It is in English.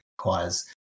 requires